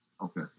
okay